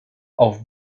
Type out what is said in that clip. auf